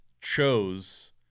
chose